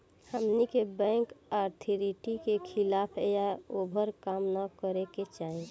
हमनी के bank authority के खिलाफ या ओभर काम न करे के चाही